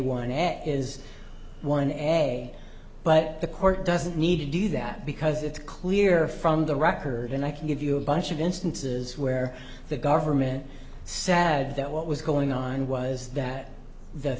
at is one a but the court doesn't need to do that because it's clear from the record and i can give you a bunch of instances where the government sad that what was going on was that the